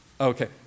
Okay